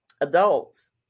adults